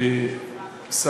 מדברים אליך.